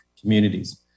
communities